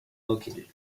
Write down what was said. located